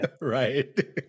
Right